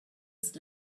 ist